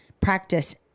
practice